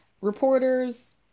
reporters